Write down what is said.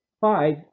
five